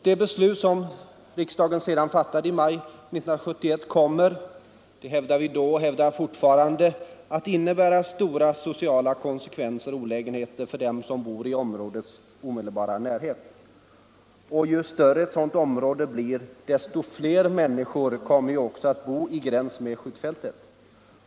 Det beslut som riksdagen sedan fattade i maj 1971 kommer — det hävdade vi då och hävdar fortfarande — att innebära stora sociala konsekvenser och olägenheter för dem som bor i områdets omedelbara närhet. Ju större ett sådant område blir, desto fler människor kommer också att bo intill skjutfältet.